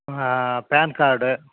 PAN card